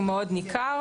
הוא מאוד ניכר.